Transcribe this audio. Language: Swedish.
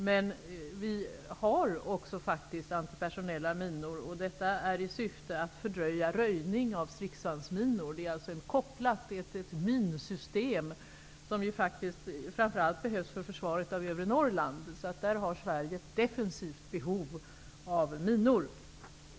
Men det svenska försvaret har faktiskt också antipersonella minor i syfte att fördröja röjning av stridsvagnsminor, vilka är kopplade till ett minsystem som framför allt behövs för försvaret av övre Norrland. Där har Sverige ett defensivt behov av minor.